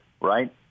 right